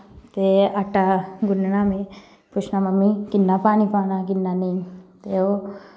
आटा गुनना में पुछना मम्मी किन्ना पानी पाना किन्ना नेईं ते ओह्